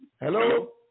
Hello